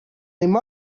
him